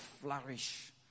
flourish